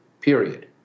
period